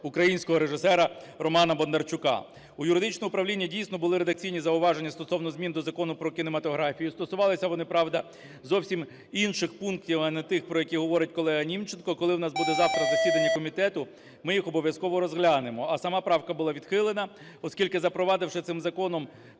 українського режисера Романа Бондарчука. У юридичного управління, дійсно, були редакційні зауваження стосовно змін до Закону "Про кінематографію". Стосувалися вони, правда, зовсім інших пунктів, а не тих, про які говорить колега Німченко. Коли в нас буде завтра засідання комітету, ми їх обов'язково розглянемо. А сама правка була відхилена, оскільки, запровадивши цим Законом